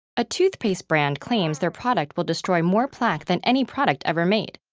a toothpaste brand claims their product will destroy more plaque than any product ever made.